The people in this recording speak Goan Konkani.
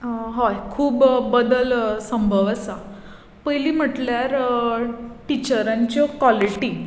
हय खूब बदल संभव आसा पयली म्हणल्यार टिचरांच्यो क्वोलिटी